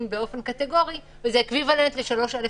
באופן קטגורי זה אקוויוולנטי ל-3(א)(9),